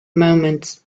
moments